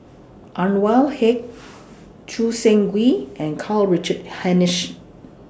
Anwarul Haque Choo Seng Quee and Karl Richard Hanitsch